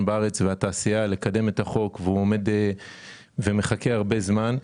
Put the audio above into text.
בארץ והתעשייה לקדם את החוק שעומד ומחכה הרבה זמן.